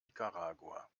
nicaragua